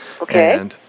Okay